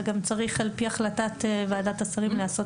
זה גם צריך על פי החלטת ועדת השרים להיעשות